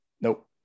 Nope